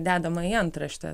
dedama į antraštę